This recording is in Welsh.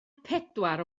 pedwar